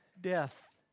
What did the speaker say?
death